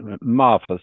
marvelous